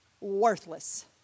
worthless